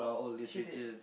she did